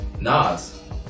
Nas